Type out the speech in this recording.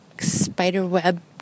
spiderweb